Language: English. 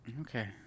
Okay